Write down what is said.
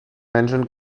menschen